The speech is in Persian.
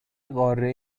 قاره